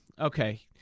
Okay